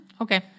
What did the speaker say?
Okay